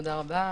תודה רבה.